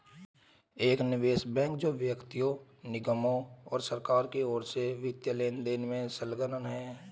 एक निवेश बैंक जो व्यक्तियों निगमों और सरकारों की ओर से वित्तीय लेनदेन में संलग्न है